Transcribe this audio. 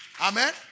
Amen